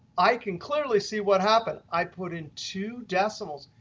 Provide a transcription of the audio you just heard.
i can clearly see what happened. i put in two decimals.